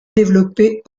développé